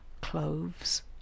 cloves